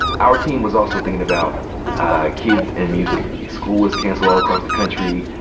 our team was also thinkin' about kids and music. school was cancelled all across the country.